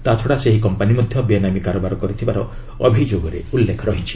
ତା'ଛଡ଼ା ସେହି କମ୍ପାନି ମଧ୍ୟ ବେନାମୀ କାରବାର କରୁଥିବାର ଅଭିଯୋଗରେ ଉଲ୍ଲେଖ ରହିଛି